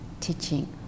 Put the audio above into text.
teaching